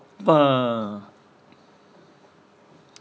!wah!